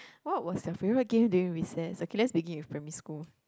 what was your favourite game during recess oh let's begin with primary school